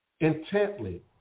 Intently